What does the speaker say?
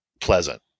pleasant